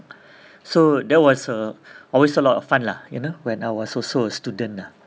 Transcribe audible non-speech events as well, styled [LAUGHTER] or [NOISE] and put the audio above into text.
[BREATH] so that was uh always a lot of fun lah you know when I was also a student ah